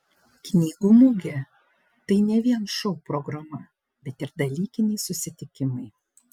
knygų mugė tai ne vien šou programa bet ir dalykiniai susitikimai